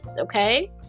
okay